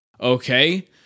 Okay